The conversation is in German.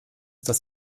das